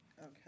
Okay